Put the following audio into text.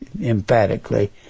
emphatically